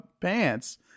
pants